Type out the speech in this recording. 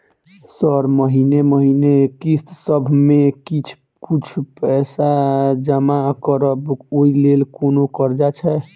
Sir महीने महीने किस्तसभ मे किछ कुछ पैसा जमा करब ओई लेल कोनो कर्जा छैय?